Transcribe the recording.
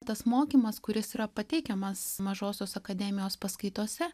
tas mokymas kuris yra pateikiamas mažosios akademijos paskaitose